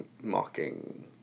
mocking